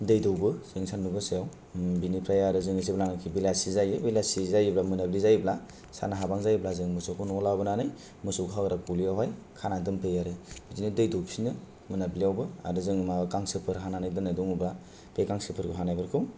दै दौवो जों सानदुं गोसायाव बिनिफ्राय आरो जोङो जेब्लानाखि बेलासि जायो बेलासि जायोब्ला मोनाब्लि जायोब्ला सान हाबहां जायोब्ला जों मोसौखौ न'आव लाबोनानै मोसौ खाग्रा गलि आवहाय खाना दोनफैयो आरो बिदिनो दै दौफिननो मोनाब्लियावबो आरो जों गांसो फोर हानानै दोननाय दङबा बे गांसोफोर हानाय फोरखौ